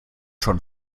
schon